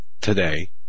today